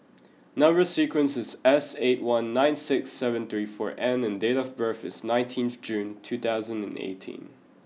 number sequence is S eight one nine six seven three four N and date of birth is nineteenth June two thousand and eighteen